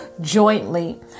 jointly